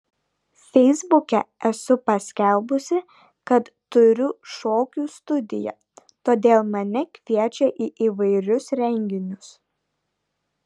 feisbuke esu paskelbusi kad turiu šokių studiją todėl mane kviečia į įvairius renginius